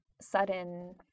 sudden –